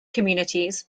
communities